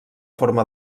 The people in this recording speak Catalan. forma